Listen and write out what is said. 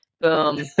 Boom